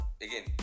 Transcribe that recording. again